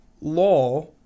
law